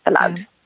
allowed